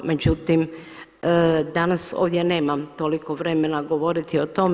Međutim, danas ovdje nemam toliko vremena govoriti o tome.